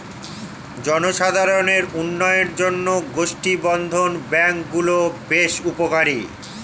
জনসাধারণের উন্নয়নের জন্য গোষ্ঠী বর্ধন ব্যাঙ্ক গুলো বেশ উপকারী